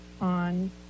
on